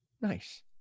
Nice